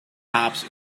cops